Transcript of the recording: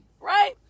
right